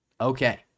Okay